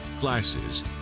glasses